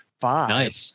five